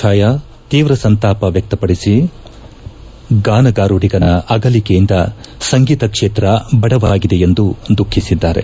ಭಾಯಾ ತೀವ್ರ ಸಂತಾಪ ವ್ಹಕಪಡಿಸಿ ಗಾನಗಾರುಡಿಗನ ಅಗಲಿಕೆಯಿಂದ ಸಂಗೀತ ಕ್ಷೇತ್ರ ಬಡವಾಗಿದೆ ಎಂದು ದುಃಖಿಸಿದ್ದಾರೆ